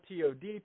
TOD